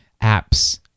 apps